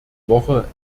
woche